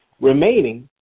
remaining